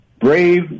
brave